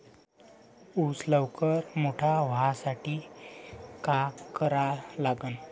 ऊस लवकर मोठा व्हासाठी का करा लागन?